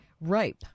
Ripe